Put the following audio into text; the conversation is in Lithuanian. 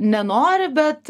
nenori bet